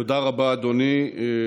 תודה רבה, אדוני.